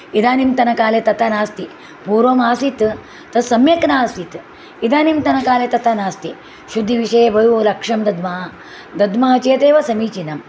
इदानीन्तनकाले तथा नास्ति पूर्वमासीत् तत्सम्यक् नास्ति इदानीन्तनकाले तथा नास्ति शुद्धिविषये बहु लक्ष्यं दद्मः दद्मः चेदेव समीचीनं